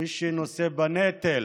ומי שנושא בנטל